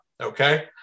Okay